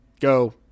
go